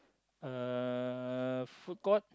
uh food court